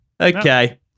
Okay